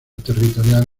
territorial